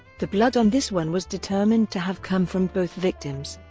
the blood on this one was determined to have come from both victims.